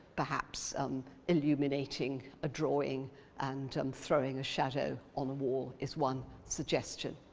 perhaps illuminating a drawing and um throwing a shadow on a wall is one suggestion.